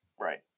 Right